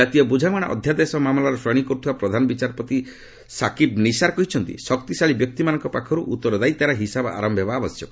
ଜାତୀୟ ବୁଝାମଣା ଅଧ୍ଯାଦେଶ ମାମଲାର ଶୁଣାଣି କରୁଥିବା ପ୍ରଧାନବିଚାରପତି ସାକିବ୍ ନିଶାର୍ କହିଛନ୍ତି ଶକ୍ତିଶାଳୀ ବ୍ୟକ୍ତିମାନଙ୍କ ପାଖରୁ ଉତ୍ତରଦାୟିତାର ହିସାବ ଆରନ୍ଭ ହେବା ଆବଶ୍ୟକ